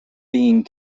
being